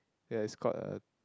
ya it's called a